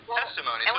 testimony